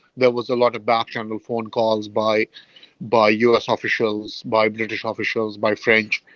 there was a lot of back-channel phone calls by by u s. officials, by british officials, by french.